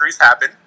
happen